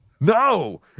No